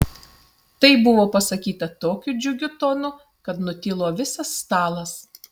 tai buvo pasakyta tokiu džiugiu tonu kad nutilo visas stalas